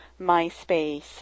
MySpace